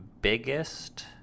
biggest